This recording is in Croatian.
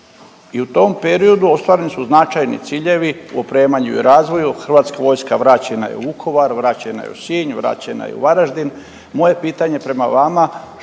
i u tom periodu ostvareni su značajni ciljevi u opremanju i razvoju, HV vraćena je u Vukovar, vraćena je u Sinj, vraćena je u Varaždin. Moje pitanje prema vama,